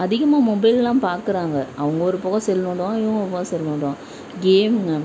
அதிகமாக மொபைல்லாம் பார்க்குறாங்க அவங்க ஒரு பக்கம் செல் நோண்டுவாங்கள் இவங்க ஒரு பக்கம் செல் நோண்டுவாங்கள் கேம்முங்க